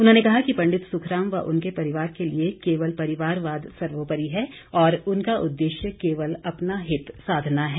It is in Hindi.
उन्होंने कहा कि पंडित सुखराम व उनके परिवार के लिए केवल परिवारवाद सर्वोपरि है और उनका उद्देश्य केवल अपना हित साधना है